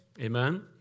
Amen